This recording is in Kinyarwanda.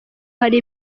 hari